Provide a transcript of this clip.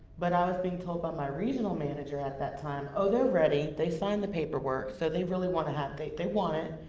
but i was being told by my regional manager at that time, oh, they're ready. they signed the paperwork, so they really wanna have they they want it.